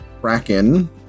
Kraken